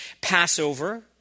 Passover